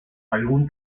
algún